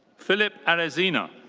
filip arezina.